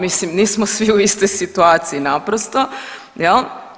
Mislim nismo svi u istoj situaciji naprosto jel.